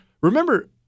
remember